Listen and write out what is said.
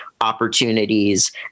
opportunities